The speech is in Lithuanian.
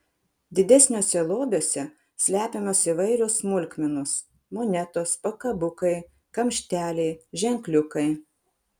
didesniuose lobiuose slepiamos įvairios smulkmenos monetos pakabukai kamšteliai ženkliukai